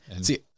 See